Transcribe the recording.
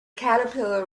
caterpillar